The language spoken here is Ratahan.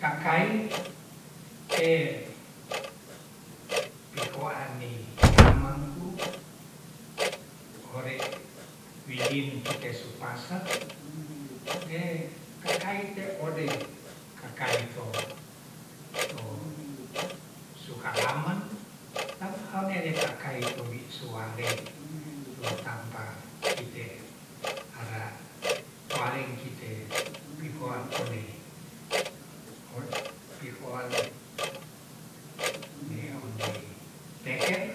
Kakai te pihoanei yamangku ore wilim kita supasa ne kakaite ode kakai to to suhalaman tan one ne kaka itu wisualei tu tampa kite ara walei kite pihoan one pihoan ne aondei tehel